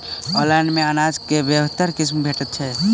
Online मे अनाज केँ बेहतर किसिम भेटय छै?